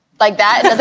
like that